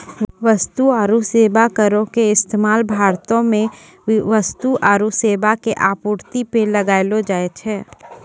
वस्तु आरु सेबा करो के इस्तेमाल भारतो मे वस्तु आरु सेबा के आपूर्ति पे लगैलो जाय छै